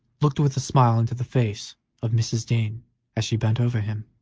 looked with a smile into the face of mrs. dean as she bent over him.